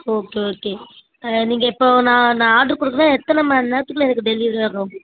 okay okay நீங்கள் இப்போது நான் நான் ஆர்டர் கொடுத்தன்னா எத்தனை மணி நேரத்துக்குள்ளே எனக்கு டெலிவெரி வரும்